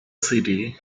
city